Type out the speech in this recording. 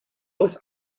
aus